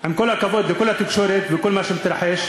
עם כל הכבוד לתקשורת וכל מה שמתרחש,